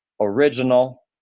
original